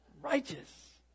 Righteous